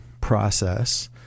process